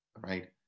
right